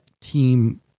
team